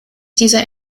dieser